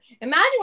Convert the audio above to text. imagine